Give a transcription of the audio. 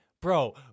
Bro